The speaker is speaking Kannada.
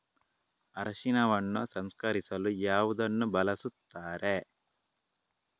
ಅರಿಶಿನವನ್ನು ಸಂಸ್ಕರಿಸಲು ಯಾವುದನ್ನು ಬಳಸುತ್ತಾರೆ?